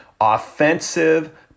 Offensive